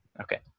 Okay